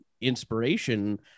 inspiration